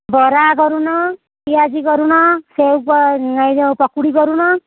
ବରା କରୁନ ପିଆଜି କରୁନ ସେଉ ଏ ଯେଉଁ ପକୁଡ଼ି କରୁନ